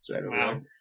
Wow